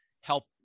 help